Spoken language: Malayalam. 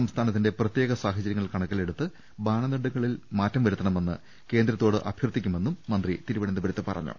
സംസ്ഥാനത്തിന്റെ പ്രത്യേക സാഹചരൃങ്ങൾ കണക്കിലെടുത്ത് മാനദണ്ഡങ്ങളിൽ മാറ്റം വരുത്തണമെന്ന് കേന്ദ്രത്തോട് അഭ്യർത്ഥിക്കുമെന്നും മന്ത്രി തിരുവനന്തപുരത്ത് പറഞ്ഞു